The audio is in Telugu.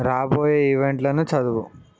రాబోయే ఈవెంట్లను చదువు